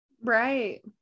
right